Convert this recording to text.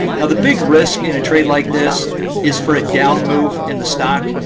now the big risk in a trade like this is for a down move in the stock.